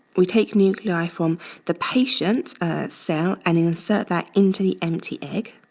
we take nuclei from the patient cell and insert that into the empty egg.